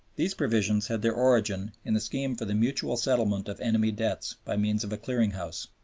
these provisions had their origin in the scheme for the mutual settlement of enemy debts by means of a clearing house.